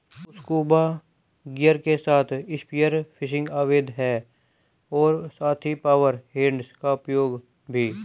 scuba gear के साथ spear fishing अवैध है और साथ ही पावर हेड्स का उपयोग भी